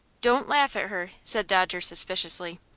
don't laugh at her! said dodger, suspiciously.